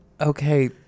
Okay